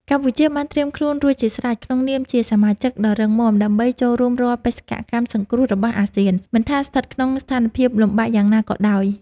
កម្ពុជាបានត្រៀមខ្លួនរួចជាស្រេចក្នុងនាមជាសមាជិកដ៏រឹងមាំ ដើម្បីចូលរួមរាល់បេសកកម្មសង្គ្រោះរបស់អាស៊ាន មិនថាស្ថិតក្នុងស្ថានភាពលំបាកយ៉ាងណាក៏ដោយ។